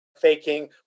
faking